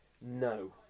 No